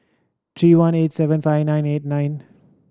three one eight seven five nine eight nine